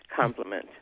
compliment